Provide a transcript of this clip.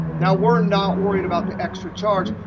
now, we're not worried about the extra charge,